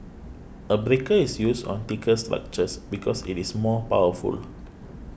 a breaker is used on thicker structures because it is more powerful